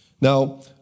Now